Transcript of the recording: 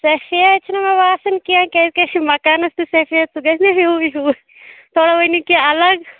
سفید چھُنہٕ مےٚ باسان کیٚنٛہہ کیٛازکہِ اَسہِ چھُ مَکانَس تہِ سَفید سُہ گَژھِ نا ہِیٛوُے ہِیٛوُے تھوڑا ؤنِو کیٚنٛہہ اَلَگ